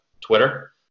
Twitter